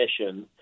mission